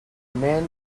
man